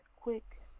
quick